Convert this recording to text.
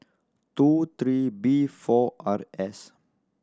two three B four R S